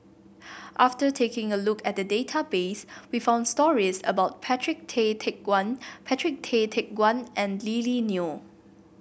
after taking a look at the database we found stories about Patrick Tay Teck Guan Patrick Tay Teck Guan and Lily Neo